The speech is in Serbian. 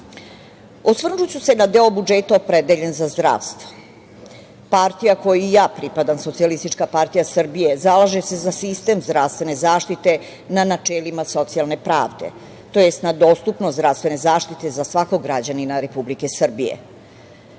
privrede. Osvrnuću se na deo budžeta opredeljen za zdravstvo. Partija kojoj ja pripadam, SPS, zalaže se za sistem zdravstvene zaštite na načelima socijalne pravde, tj. na dostupnost zdravstvene zaštite za svakog građanina Republike Srbije.Za